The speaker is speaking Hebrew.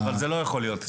אבל זה לא יכול להיות.